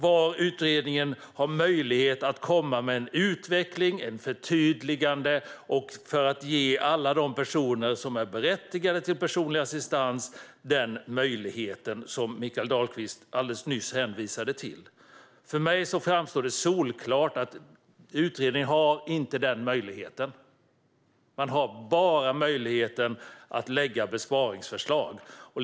Har utredningen möjlighet att komma med en utveckling eller ett förtydligande för att ge alla de människor som är berättigade till personlig assistans den möjlighet som Mikael Dahlqvist nyss hänvisade till? För mig framstår det som solklart att utredningen inte har den möjligheten. Man har bara möjlighet att lägga besparingsförslag.